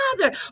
father